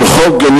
ולחוק גנים